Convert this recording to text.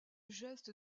geste